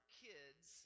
kids